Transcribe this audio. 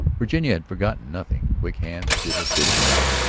virginia had forgotten nothing. quick hands did her bidding now,